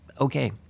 okay